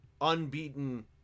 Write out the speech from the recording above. unbeaten